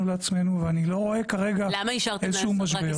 לעצמנו ואני לא רואה כרגע איזשהו משבר.